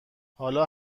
حالا